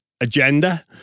agenda